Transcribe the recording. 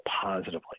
positively